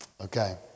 Okay